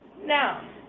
Now